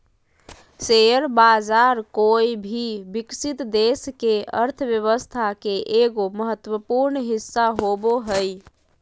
share बाज़ार कोय भी विकसित देश के अर्थ्व्यवस्था के एगो महत्वपूर्ण हिस्सा होबो हइ